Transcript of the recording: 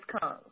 comes